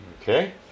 Okay